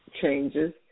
changes